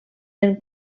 ben